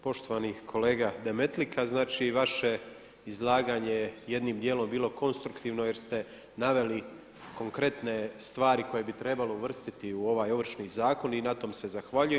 Poštovani kolega Demetlika, znači vaše je izlaganje jednim dijelom bilo konstruktivno jer ste naveli konkretne stvari koje bi trebalo uvrstiti u ovaj Ovršni zakon i na tom se zahvaljujem.